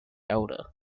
elder